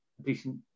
decent